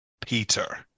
Peter